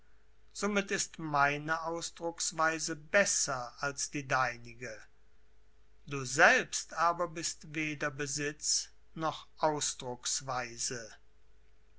somit ist meine ausdrucksweise besser als die deinige du selbst aber bist weder besitz noch ausdrucksweise